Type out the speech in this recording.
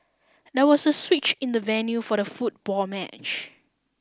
there was a switch in the venue for the football match